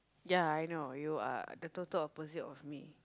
ya I know you are the total opposite of me